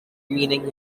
meaning